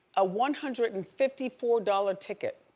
a one hundred and fifty four dollars ticket.